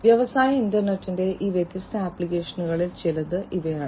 വ്യാവസായിക ഇന്റർനെറ്റിന്റെ ഈ വ്യത്യസ്ത ആപ്ലിക്കേഷനുകളിൽ ചിലത് ഇവയാണ്